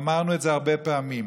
אמרנו את זה הרבה פעמים,